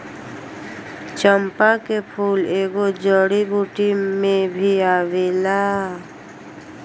चंपा के फूल एगो जड़ी बूटी में भी आवेला